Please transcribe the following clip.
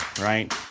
right